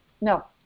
no